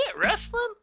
wrestling